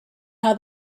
how